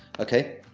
okay.